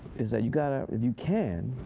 is that, you've got to, you can,